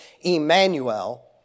Emmanuel